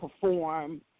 perform